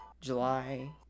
July